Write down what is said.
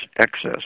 excess